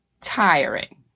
tiring